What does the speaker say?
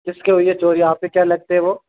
किसके हुई है चोरी आपके क्या लगते वह